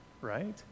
Right